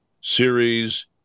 series